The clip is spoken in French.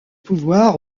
pouvoir